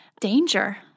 danger